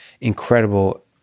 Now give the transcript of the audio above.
incredible